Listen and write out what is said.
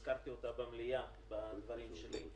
הזכרתי אותה במליאה בדברים שלי,